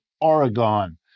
Oregon